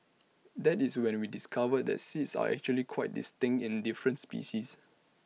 that is when we discovered that seeds are actually quite distinct in different species